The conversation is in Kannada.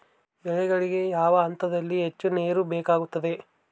ಬೆಳೆಗಳಿಗೆ ಯಾವ ಹಂತದಲ್ಲಿ ಹೆಚ್ಚು ನೇರು ಬೇಕಾಗುತ್ತದೆ?